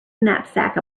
knapsack